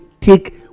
take